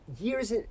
years